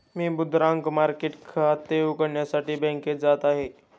मी मुद्रांक मार्केट खाते उघडण्यासाठी बँकेत जात आहे